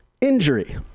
Injury